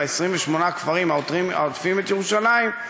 28 הכפרים העוטפים את ירושלים,